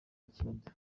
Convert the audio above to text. icyenda